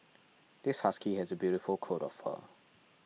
this husky has a beautiful coat of fur